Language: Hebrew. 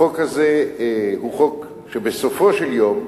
החוק הזה הוא חוק שבסופו של דבר,